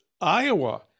Iowa